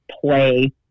play